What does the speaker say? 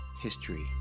history